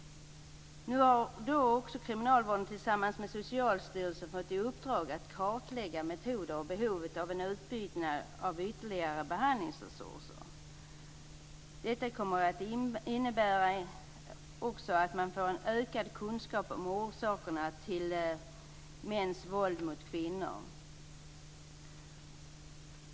Kriminalvården har också tillsammans med Socialstyrelsen fått i uppdrag att kartlägga metoder och behovet av en utbyggnad av ytterligare behandlingsresurser. Detta kommer också att innebära att man får en ökad kunskap om orsakerna till mäns våld mot kvinnor.